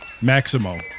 Maximo